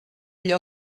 allò